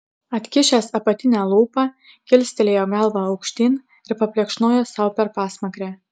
atkišęs apatinę lūpą kilstelėjo galvą aukštyn ir paplekšnojo sau per pasmakrę